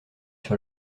sur